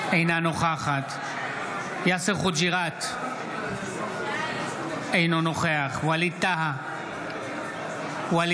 אינה נוכחת יאסר חוג'יראת, אינו נוכח ווליד טאהא,